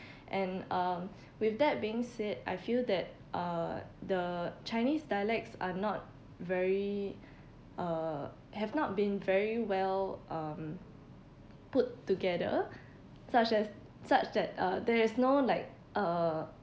and um with that being said I feel that uh the chinese dialects are not very uh have not been very well um put together such as such that uh there's no like uh